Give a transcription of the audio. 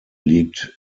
liegt